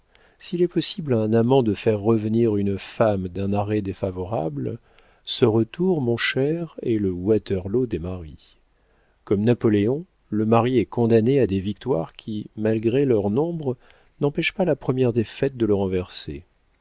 s'il est possible à un amant de faire revenir une femme d'un arrêt défavorable ce retour mon cher est le waterloo des maris comme napoléon le mari est condamné à des victoires qui malgré leur nombre n'empêchent pas la première défaite de le renverser